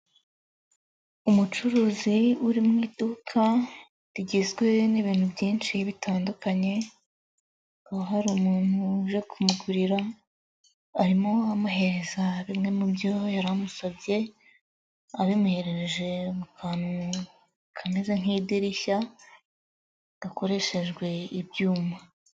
Umucuruzi uri mu iduka rigizwe n'ibintu byinshi bitandukanye, aho hari umuntu uje kumugurira arimo amuhereza bimwe mu byo yari amusabye, abimuherereje mu kantu kameze nk'idirishya gakoreshejwe ibyuma.